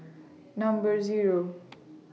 Number Zero